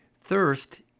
Thirst